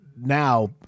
now